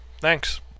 Thanks